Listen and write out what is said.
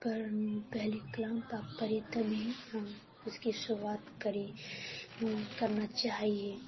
پر پہلے کلام پاک پڑھے تبھی ہم اس کی شروعات کریں کرنا چاہیے